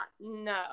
no